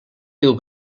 diu